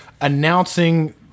announcing